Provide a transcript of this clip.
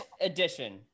edition